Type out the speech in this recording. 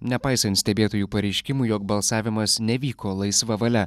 nepaisant stebėtojų pareiškimų jog balsavimas nevyko laisva valia